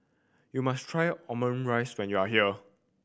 you must try Omurice when you are here